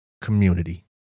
community